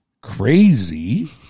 crazy